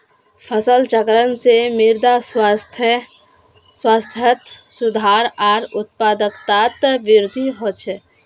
फसल चक्रण से मृदा स्वास्थ्यत सुधार आर उत्पादकतात वृद्धि ह छे